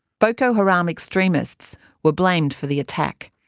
boko haram extremists were blamed for the attack.